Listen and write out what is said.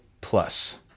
Plus